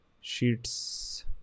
Sheets